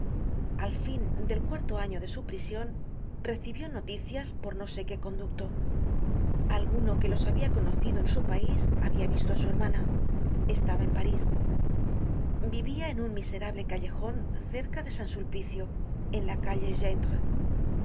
al fin del cuarto año de su prision recibió noticias por no sé qué conducto alguno que los habia conocido en su pais habia visto á su hermana estaba en parís vivía en un miserable callejon cerca de san sulpicio en la calle de